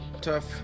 tough